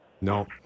No